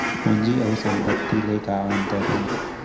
पूंजी अऊ संपत्ति ले का अंतर हे?